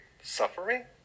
suffering